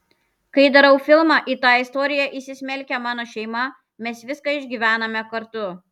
kai darau filmą į tą istoriją įsismelkia mano šeima mes viską išgyvename kartu